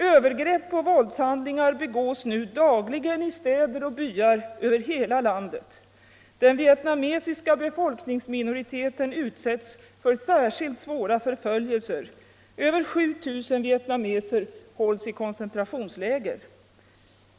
Övergrepp och våldshandlingar begås nu dagligen i städer och byar över hela landet. Den vietnamesiska befolkningsminoriteten utsätts för särskilt svåra förföljelser. Över 7 000 vietnameser hålls i koncentrationsläger.